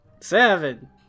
Seven